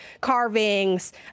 carvings